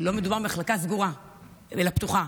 לא מדובר במחלקה סגורה אלא פתוחה.